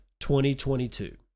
2022